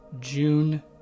June